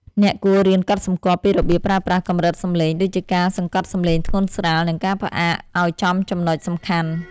អ្នកគួររៀនកត់សម្គាល់ពីរបៀបប្រើប្រាស់កម្រិតសំឡេង ដូចជាការសង្កត់សំឡេងធ្ងន់ស្រាល និងការផ្អាកឱ្យចំចំណុចសំខាន់។